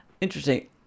Interesting